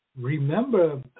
Remember